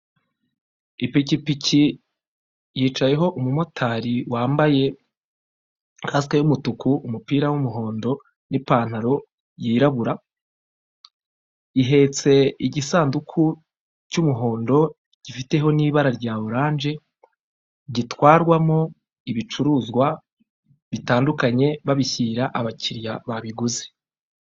Ipikipiki yicayeho umumotari wambaye kasike y'umutuku umupira w'umuhondo n'ipantaro yirabura ihetse igisanduku cy'umuhondo gifiteho n'ibara rya oranje gitwarwamo ibicuruzwa bitandukanye babishyira abakiriya babiguze.